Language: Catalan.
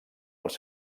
els